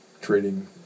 trading